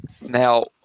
Now